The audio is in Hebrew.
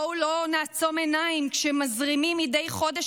בואו לא נעצום עיניים כשמזרימים מדי חודש